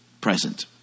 present